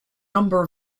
number